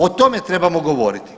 O tome trebamo govoriti.